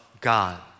God